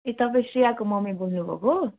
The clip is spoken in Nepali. ए तपाईँ श्रेयाको ममी बोल्नु भएको